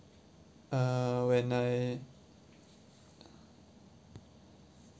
uh when I